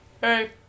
Hey